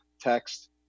text